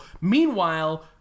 Meanwhile